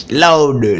loud